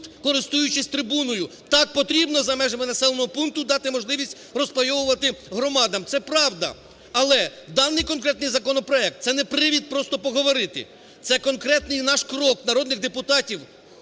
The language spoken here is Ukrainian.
користуючись трибуною. Так, потрібно за межами населеного пункту дати можливість розпайовувати громадам. Це правда. Але даний конкретний законопроект – це не привід просто поговорити, це конкретний наш крок народних депутатів,